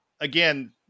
Again